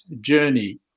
journey